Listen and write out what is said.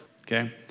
okay